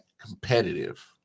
competitive